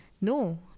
no